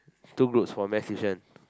two groups for math tuition